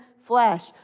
flesh